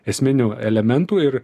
esminių elementų ir